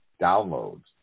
downloads